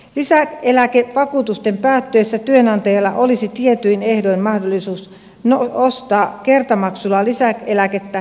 lisäeläkevakuutusten päättyessä työnantajalla olisi tietyin ehdoin mahdollisuus ostaa kertamaksulla lisäeläkettä